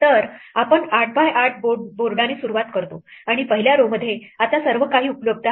तर आपण 8 बाय 8 बोर्डाने सुरुवात करतो आणि पहिल्या row मध्ये आता सर्वकाही उपलब्ध आहे